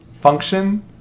function